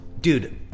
Dude